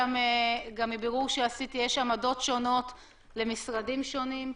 מבירור שעשיתי יש גם עמדות שונות למשרדים שונים,